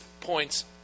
points